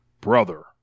brother